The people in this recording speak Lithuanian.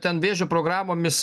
ten vėžio programomis